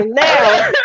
now